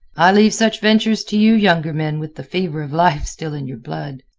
i leave such ventures to you younger men with the fever of life still in your blood.